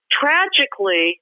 tragically